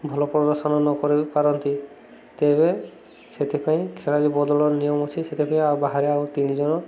ଭଲ ପ୍ରଦର୍ଶନ ନକରି ପାରନ୍ତି ତେବେ ସେଥିପାଇଁ ଖେଳାଳି ବଦଳର ନିୟମ ଅଛି ସେଥିପାଇଁ ଆଉ ବାହାରେ ଆଉ ତିନିଜଣ